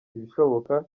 ibishoboka